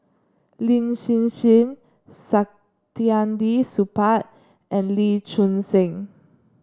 Lin Hsin Hsin Saktiandi Supaat and Lee Choon Seng